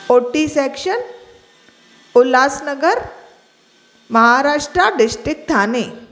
O T section Ulhas Nagar Maharashtra district